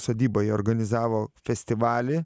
sodyboj organizavo festivalį